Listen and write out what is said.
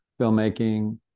filmmaking